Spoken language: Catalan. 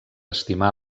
estimar